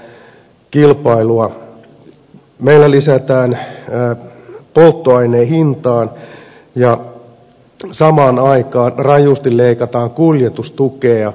meillä lisätään polttoaineen hintaa ja samaan aikaan rajusti leikataan kuljetustukea